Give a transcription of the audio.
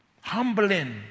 Humbling